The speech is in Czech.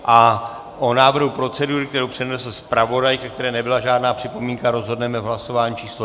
O návrhu procedury, kterou přednesl zpravodaj, ke které nebyla žádná připomínka, rozhodneme v hlasování číslo 217.